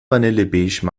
vanillebeige